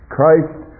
Christ